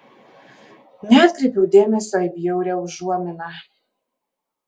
neatkreipiau dėmesio į bjaurią užuominą